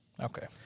Okay